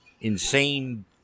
insane